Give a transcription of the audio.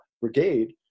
brigade